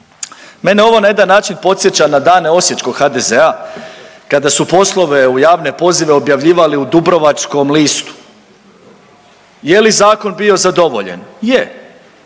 Mene ovo na jedan način podsjeća na dane Osječkog HDZ-a kada su poslove u javne pozive objavljivali u Dubrovačkom listu. Je li zakon bio zadovoljen? Je.